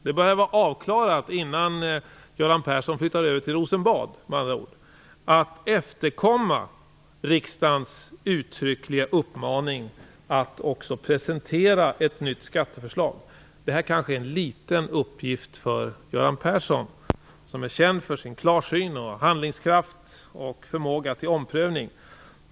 Det bör med andra ord vara avklarat innan Göran Persson flyttar till Rosenbad att efterkomma riksdagens uttryckliga uppmaning att också presentera ett nytt skatteförslag. Detta är kanske en liten uppgift för Göran Persson, som är känd för sin klarsyn, handlingskraft och förmåga till omprövning.